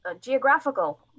geographical